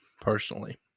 personally